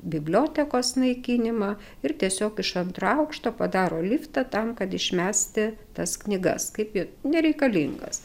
bibliotekos naikinimą ir tiesiog iš antro aukšto padaro liftą tam kad išmesti tas knygas kaip nereikalingas